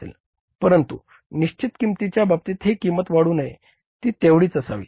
परंतु निश्चित किंमतच्या बाबतीत ही किंमत वाढू नये ती तेवढीच असावी